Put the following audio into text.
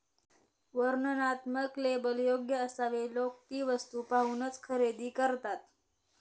वर्णनात्मक लेबल योग्य असावे लोक ती वस्तू पाहूनच खरेदी करतात